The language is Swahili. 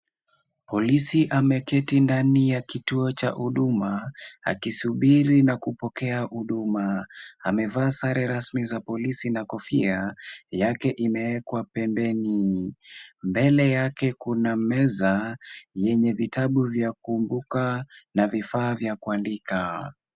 Polisi ameketi ndani ya kituo cha huduma akisubiri na kupokea huduma. Amevaa sare rasmi za polisi na kofia yake imewekwa pembeni. Mbele yake kuna meza yenye vitabu vya kuunguka na vifaa vya kuandika.